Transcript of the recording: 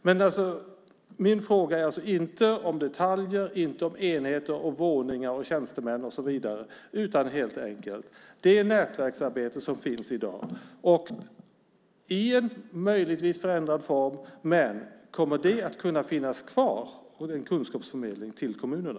Min fråga gäller alltså inte detaljer, enheter, våningar, tjänstemän och så vidare. Den gäller helt enkelt det nätverksarbete som finns i dag. Kommer detta att kunna finnas kvar - möjligtvis i en förändrad form - som en kunskapsförmedling till kommunerna?